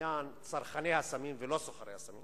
בעניין צרכני הסמים ולא סוחרי הסמים.